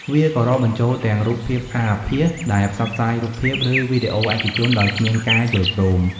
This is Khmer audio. វាក៏រាប់បញ្ចូលទាំងរូបភាពអាសអាភាស ដែលផ្សព្វផ្សាយរូបភាព ឬវីដេអូឯកជនដោយគ្មានការយល់ព្រម។